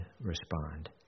respond